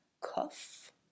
cuff